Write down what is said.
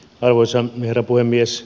arvoisa herra puhemies